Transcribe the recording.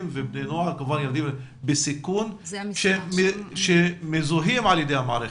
ובני נוער בסיכון שמזוהים על ידי המערכת,